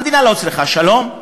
המדינה לא צריכה שלום,